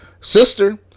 sister